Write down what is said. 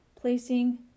placing